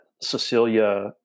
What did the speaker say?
Cecilia